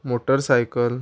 motorcycle